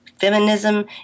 feminism